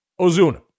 Ozuna